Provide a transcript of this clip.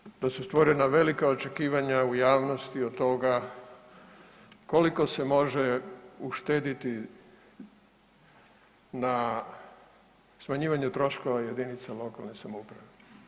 Svi znamo da su stvorena velika očekivanja u javnosti od toga koliko se može uštediti na smanjivanju troškova jedinica lokalne samouprave.